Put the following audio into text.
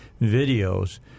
videos